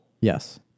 Yes